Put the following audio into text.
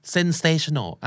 Sensational